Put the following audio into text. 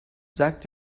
sagt